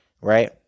right